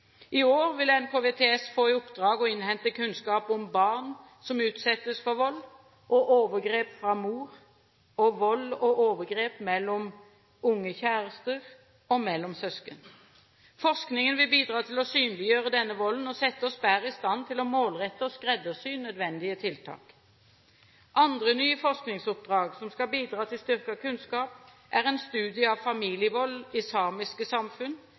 I år vil NKVTS få i oppdrag å innhente kunnskap om barn som utsettes for vold og overgrep fra mor, vold og overgrep mellom unge kjærester og mellom søsken. Forskningen vil bidra til å synliggjøre denne volden og sette oss bedre i stand til å målrette og skreddersy nødvendige tiltak. Andre nye forskningsoppdrag som skal bidra til styrket kunnskap, er en studie av familievold i samiske samfunn,